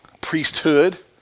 priesthood